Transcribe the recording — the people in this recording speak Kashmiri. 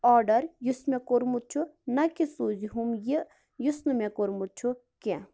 آرڈر یُس مےٚ کوٚرمُت چھُ نَہ کہِ سوٗزہُم یہِ یُس نہٕ مےٚ کوٚرمُت چھُ کیٚنٛہہ